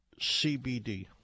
CBD